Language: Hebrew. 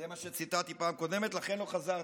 זה מה שציטטתי בפעם קודמת, לכן לא חזרתי.